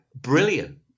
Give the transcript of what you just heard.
brilliant